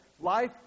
life